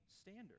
standard